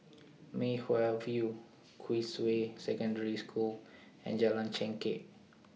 Mei Hwan View Queensway Secondary School and Jalan Chengkek